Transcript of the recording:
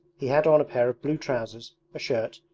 he had on a pair of blue trousers, a shirt,